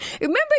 Remember